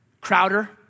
Crowder